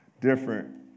different